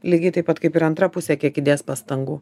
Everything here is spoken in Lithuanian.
lygiai taip pat kaip ir antra pusė kiek įdės pastangų